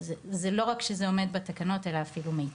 זה לא רק שזה עומד בתקנות אלא אפילו מיטיב.